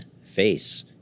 face